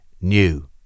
new